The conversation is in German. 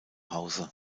hause